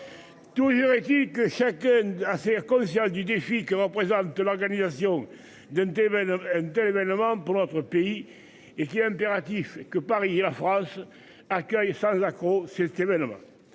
Toujours est-il que chacune a c'est-à-dire conscient du défi que représente l'organisation d'une TVA un tel événement pour notre pays et qu'il est impératif que Paris et la France accueille sans accroc. Vainement.